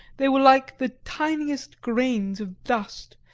they were like the tiniest grains of dust,